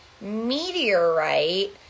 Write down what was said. meteorite